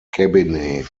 cabinet